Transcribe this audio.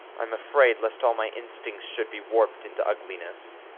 i'm afraid lest all my instincts should be warped into ugliness.